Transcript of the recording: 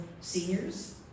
seniors